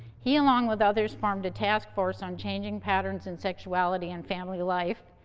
he, along with others, formed a taskforce on changing patterns in sexuality and family life,